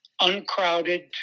uncrowded